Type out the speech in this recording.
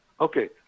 Okay